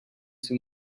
too